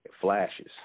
flashes